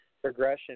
progression